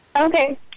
Okay